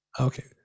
Okay